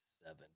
Seven